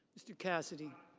mr. cassidy.